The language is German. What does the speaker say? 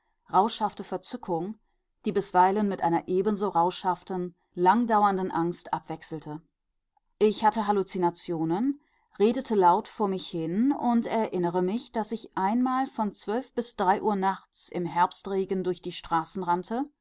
latente rauschhafte verzückung die bisweilen mit einer ebenso rauschhaften langdauernden angst abwechselte ich hatte halluzinationen redete laut vor mich hin und erinnere mich daß ich einmal von zwölf bis drei uhr nachts im herbstregen durch die straßen rannte